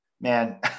man